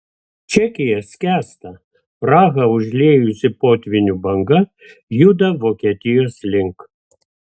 čekija skęsta prahą užliejusi potvynių banga juda vokietijos link